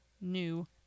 new